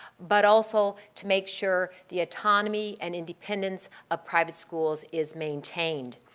but also to make sure the autonomy and independence of private schools is maintained.